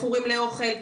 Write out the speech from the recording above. מכורים לאוכל.